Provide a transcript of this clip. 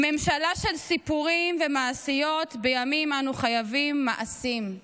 ממשלה של סיפורים ומעשיות בימים שבהם אנחנו חייבים מעשים.